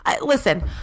listen